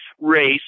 race